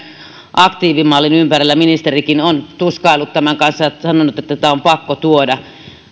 aktiivimallin ympärillä ministerikin on tuskaillut tämän kanssa ja sanonut että tämä on pakko tuoda